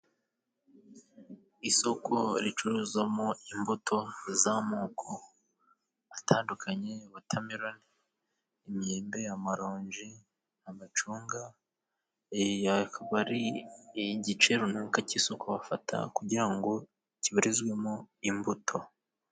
Isoko ricuruzamo imbuto z'amoko atandukanye wotameloni, imyembe, amaronji, amacunga abari ku giciro runaka cy'isoko bafata kugira ngo kibarizwemo imbuto.